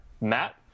Matt